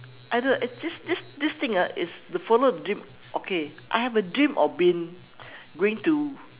either eh this this this this thing ah is the follow dream okay I have a dream of been going to